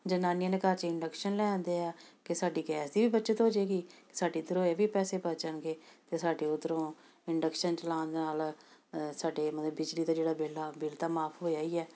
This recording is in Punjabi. ਜਨਾਨੀਆਂ ਨੇ ਘਰ 'ਚ ਇੰਡਕਸ਼ਨ ਲੈ ਆਂਦੇ ਆ ਕਿ ਸਾਡੀ ਗੈਸ ਦੀ ਵੀ ਬੱਚਤ ਹੋ ਜਾਏਗੀ ਸਾਡੇ ਇੱਧਰੋਂ ਇਹ ਵੀ ਪੈਸੇ ਬਚ ਜਾਣਗੇ ਅਤੇ ਸਾਡੇ ਉੱਧਰੋਂ ਇੰਡਕਸ਼ਨ ਚਲਾਉਣ ਦੇ ਨਾਲ ਸਾਡੇ ਮਤਲਬ ਬਿਜਲੀ ਦਾ ਜਿਹੜਾ ਬਿਲ ਆ ਬਿਲ ਤਾਂ ਮਾਫ਼ ਹੋਇਆ ਹੀ ਹੈ